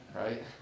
Right